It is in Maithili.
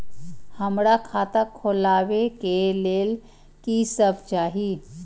हमरा खाता खोलावे के लेल की सब चाही?